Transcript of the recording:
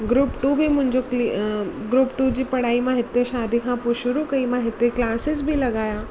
group two बि मुंहिंजो group two जी पढ़ाई मां हिते शादी खां पोइ शुरू कई मां हिते क्लासिस बि लॻाया